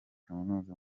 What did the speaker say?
kaminuza